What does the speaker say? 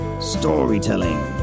storytelling